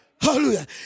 Hallelujah